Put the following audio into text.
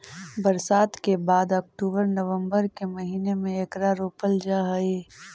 बरसात के बाद अक्टूबर नवंबर के महीने में एकरा रोपल जा हई